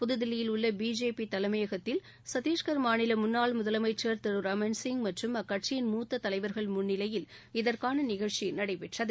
புத்தில்லியில் உள்ள பிஜேபி தலைமையகத்தில் சத்தீஷ்கர் மாநில முன்னாள் முதலமைச்சர் திரு ரமன்சிங் மற்றும் அக்கட்சியின் மூத்த தலைவர்கள் முன்னிலையில் இதற்கான நிகழ்ச்சி நடைபெற்றது